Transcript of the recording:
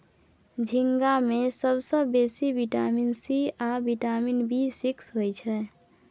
झींगा मे सबसँ बेसी बिटामिन सी आ बिटामिन बी सिक्स होइ छै